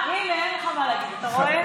הינה, אין לך מה להגיד, אתה רואה?